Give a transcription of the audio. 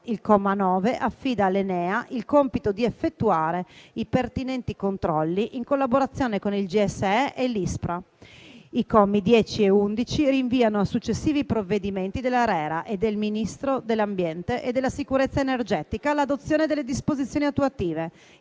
Il comma 9 affida all'ENEA il compito di effettuare i pertinenti controlli in collaborazione con il GSE e l'ISPRA. I commi 10 e 11 rinviano a successivi provvedimenti dell'ARERA e del Ministro dell'ambiente e della sicurezza energetica l'adozione delle disposizioni attuative.